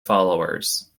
followers